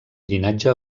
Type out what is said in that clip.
llinatge